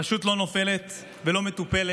פשוט לא נופלת ולא מטופלת